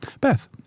Beth